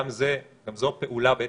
בעצם,